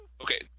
Okay